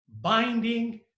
binding